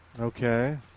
Okay